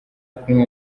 kunywa